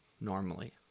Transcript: normally